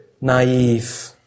naive